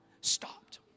stopped